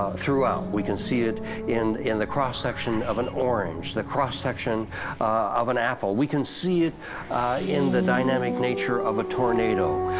throughout. we can see it in in the cross section of an orange the cross section of an apple. we can see it in the dynamic nature of a tornado.